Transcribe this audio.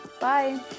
Bye